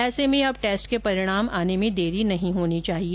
ऐसे में अब टेस्ट के परिणाम आने में देरी नहीं होनी चाहिए